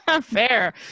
Fair